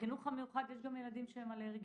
בחינוך המיוחד יש גם ילדים שהם אלרגיים,